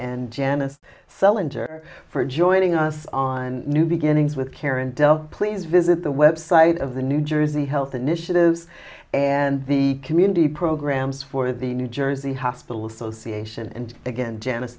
and janice cell injure for joining us on new beginnings with karen dell please visit the website of the new jersey health initiatives and the community programs for the new jersey hospital association and again janice